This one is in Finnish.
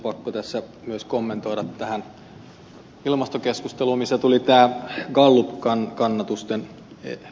pakko tässä myös kommentoida tähän ilmastokeskusteluun jossa tuli tämä gallupkannatusten esilleotto